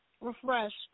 Refreshed